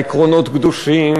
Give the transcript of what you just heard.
להצבעה בקריאה שלישית.